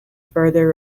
further